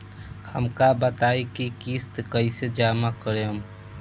हम का बताई की किस्त कईसे जमा करेम?